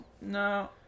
No